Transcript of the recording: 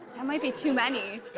and might be too many.